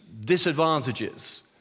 disadvantages